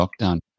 lockdown